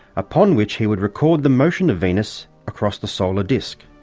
upon which he would record the motion of venus across the solar disc.